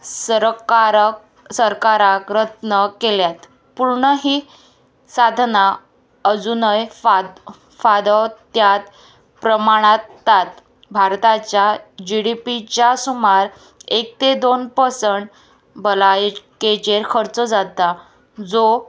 सरकार सरकाराक रत्न केल्यात पूर्ण ही साधना अजुनय फा फादो त्यात प्रमाणांत तात भारताच्या जी डी पी च्या सुमार एक ते दोन पसंट भलायकेचेर खर्चो जाता जो